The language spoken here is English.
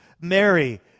Mary